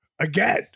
again